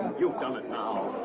you've done it, now!